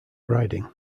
riding